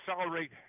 accelerate